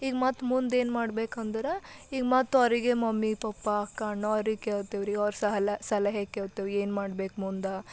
ಈಗ ಮತ್ತು ಮುಂದೇನು ಮಾಡಬೇಕಂದರ ಈಗ ಮತ್ತು ಅವರಿಗೆ ಮಮ್ಮಿ ಪಪ್ಪಾ ಅಕ್ಕ ಅಣ್ಣಾವ್ರಿಗೆ ಕೇಳ್ತೇವ್ರಿ ಅವ್ರ ಸಲ ಸಲಹೆ ಕೇಳ್ತೇವೆ ಏನು ಮಾಡ್ಬೇಕು ಮುಂದೆ